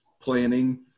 planning